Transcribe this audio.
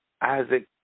Isaac